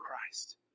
Christ